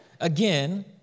Again